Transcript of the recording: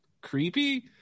creepy